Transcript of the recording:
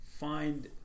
Find